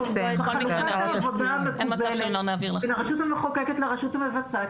חלוקת העבודה המקובלת בין הרשות המחוקקת לרשות המבצעת,